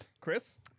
Chris